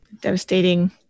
devastating